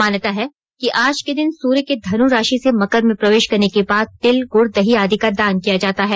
मान्यता है कि आज के दिन सूर्य के धन् राशि से मकर में प्रवेश करने के बाद तिल गुड दही आदि का दान किया जाता है